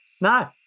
no